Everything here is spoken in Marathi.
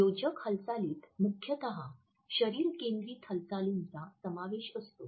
योजक हालचालीत मुख्यत शरीर केंद्रित हालचालींचा समावेश असतो